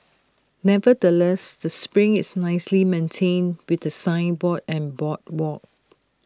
nevertheless the spring is nicely maintained with A signboard and boardwalk